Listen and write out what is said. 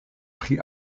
pri